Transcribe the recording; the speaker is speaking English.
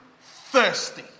thirsty